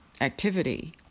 activity